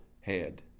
head